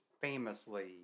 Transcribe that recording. famously